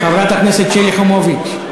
חברת הכנסת שלי יחימוביץ.